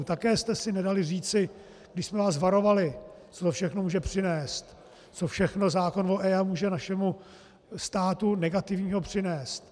Také jste si nedali říci, i když jsme vás varovali, co všechno může přinést, co všechno zákon o EIA může našemu státu negativního přinést.